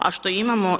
A što imamo?